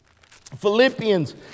Philippians